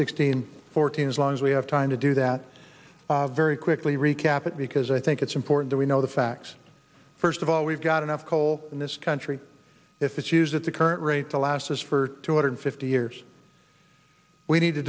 sixteen fourteen as long as we have time to do that very quickly recap it because i think it's important that we know the facts first of all we've got enough coal in this country if it's used at the current rate to last us for two hundred fifty years we need to